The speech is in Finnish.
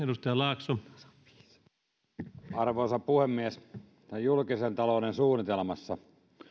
arvoisa puhemies tässä julkisen talouden suunnitelmassa